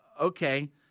Okay